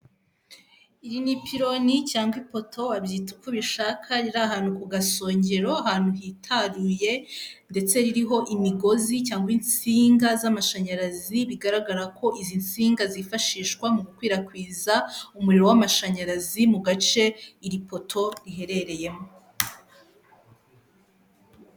Iyi ni ipiloni cyangwa ipoto wabyita uko ubishaka riri ahantu kugasongero ahantu hituruye ndetse ririho imigozi cyangwa insinga z'amashanyarazi bigaragara ko izi nsinga zifashishwa mu gukwirakwiza umuriro w'amashanyarazi mu gace iri poto riherereyemo